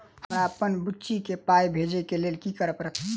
हमरा अप्पन बुची केँ पाई भेजइ केँ लेल की करऽ पड़त?